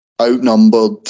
outnumbered